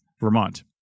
Vermont